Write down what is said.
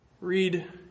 read